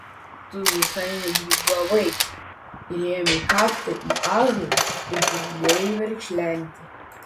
tu visai negrybavai įrėmei kaktą į ąžuolą ir pradėjai verkšlenti